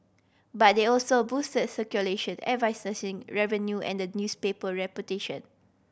but they also boosted circulation revenue and the newspaper reputation